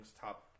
top